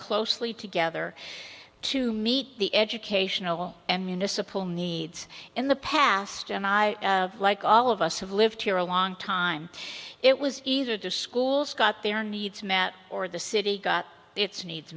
closely together to meet the educational and municipal needs in the past and i like all of us have lived here a long time it was either to schools got their needs met or the city got its needs